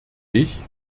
ich